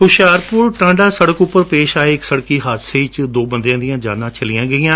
ਹੁਸ਼ਿਆਰਪੁਰ ਟਾਂਡਾ ਸੜਕ ਉੱਪਰ ਪੇਸ਼ ਆਏ ਇਕ ਸੜਕ ਹਾਦਸੇ ਵਿਚ ਦੋ ਬੰਦਿਆਂ ਦੀਆਂ ਜਾਨਾਂ ਚਲੀਆਂ ਗਈਆਂ